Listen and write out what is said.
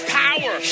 power